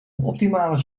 optimale